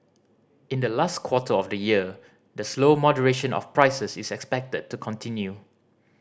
in the last quarter of the year the slow moderation of prices is expected to continue